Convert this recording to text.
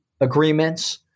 agreements